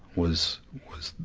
was, was,